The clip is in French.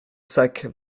sac